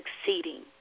succeeding